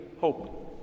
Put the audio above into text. hope